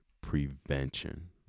prevention